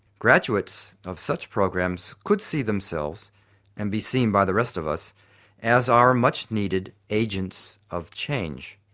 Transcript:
graduates of such programs could see themselves and be seen by the rest of us as our much needed agents of change.